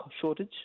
shortage